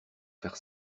faire